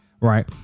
right